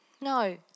No